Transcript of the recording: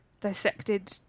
dissected